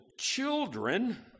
children